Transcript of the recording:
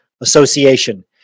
Association